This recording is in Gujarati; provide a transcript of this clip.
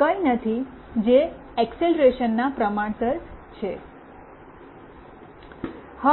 કંઈ નથી જે એકસેલરેશનના પ્રમાણસર છે